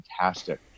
fantastic